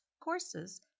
courses